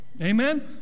Amen